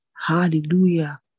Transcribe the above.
Hallelujah